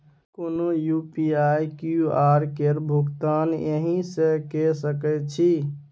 कोनो UPI QR केर भुगतान एहिसँ कए सकैत छी